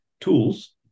tools